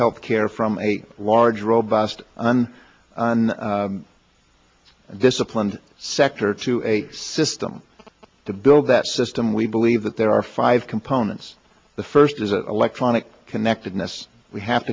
health care from a large robust and disciplined sector to a system to build that system we believe that there are five components the first is electronic connectedness we have